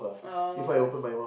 oh